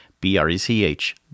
B-R-E-C-H